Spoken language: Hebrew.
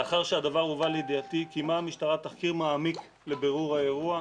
לאחר שהדבר הובא לידיעתי קיימה המשטרה תחקיר מעמיק לבירור האירוע.